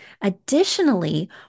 Additionally